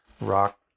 rock